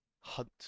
hunt